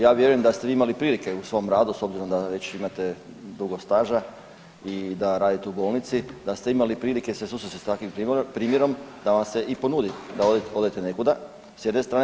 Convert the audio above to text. Ja vjerujem da ste vi imali prilike u svom radu s obzirom da već imate dugo staža i da radite u bolnici, da ste imali prilike se susresti s takvim primjerom da vam se i ponudi da odete nekuda, s jedne strane.